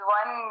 one